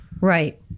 Right